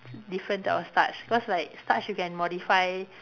different type of starch cause like starch you can modify